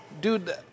dude